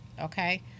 Okay